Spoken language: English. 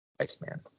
Iceman